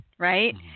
right